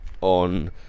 on